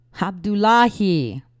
Abdullahi